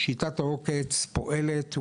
שיטת העוקץ פועלת,